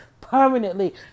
permanently